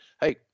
Hey